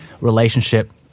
relationship